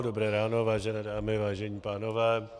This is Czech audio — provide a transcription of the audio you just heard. Dobré ráno, vážené dámy, vážení pánové.